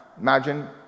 Imagine